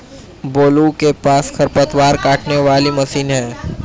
मोलू के पास खरपतवार काटने वाली मशीन है